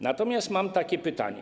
Natomiast mam takie pytanie.